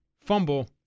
fumble